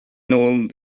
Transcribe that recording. nôl